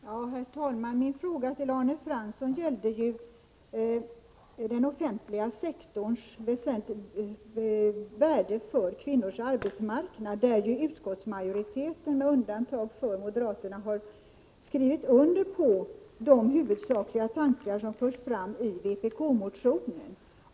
Herr talman! Min fråga till Arne Fransson gällde den offentliga sektorns värde för kvinnors arbetsmarknad. Utskottsmajoriteten med undantag för moderaterna har ju i huvudsak skrivit under de tankar som förts fram i vpk-motionen.